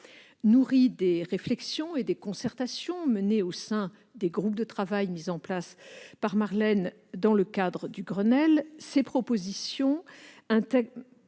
Nourries des réflexions et des concertations menées au sein des groupes de travail mis en place par Marlène Schiappa dans le cadre du Grenelle, ces propositions intègrent